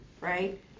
right